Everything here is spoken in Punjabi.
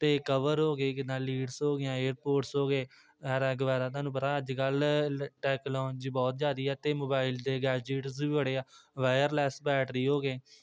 ਅਤੇ ਕਵਰ ਹੋ ਗਏ ਕਿੱਦਾਂ ਲੀਡਸ ਹੋ ਗਈਆਂ ਏਅਰਪੋਡਸ ਹੋ ਗਏ ਐਰਾ ਵਗੈਰਾ ਤੁਹਾਨੂੰ ਪਤਾ ਅੱਜ ਕੱਲ੍ਹ ਟੈਕਨੋਲਂਜੀ ਬਹੁਤ ਜ਼ਿਆਦਾ ਆ ਅਤੇ ਮੋਬਾਇਲ ਅਤੇ ਗੈਜ਼ਿਟਸ ਵੀ ਬੜੇ ਆ ਵਾਇਰਲੈਸ ਬੈਟਰੀ ਹੋ ਗਏ